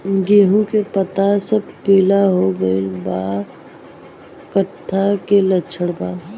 गेहूं के पता सब पीला हो गइल बा कट्ठा के लक्षण बा?